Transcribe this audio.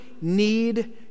need